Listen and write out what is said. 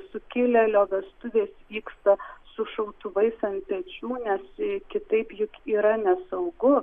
sukilėlio vestuvės vyksta su šautuvais ant pečių nes kitaip juk yra nesaugu